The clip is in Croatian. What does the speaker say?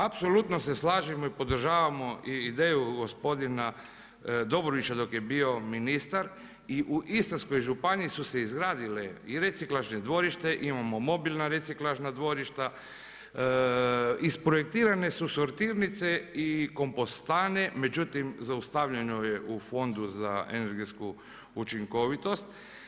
Apsolutno se slažem i podržavamo i ideju gospodin Dobrovića dok je bio ministar i u Istarskoj županiji su se izgradile i reciklažo dvorište, imamo mobilna reciklažna dvorišta, isprojektirane su sortirnice i kompostane, međutim zaustavljeno je u Fondu za energetsku učinkovitost.